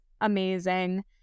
amazing